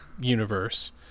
universe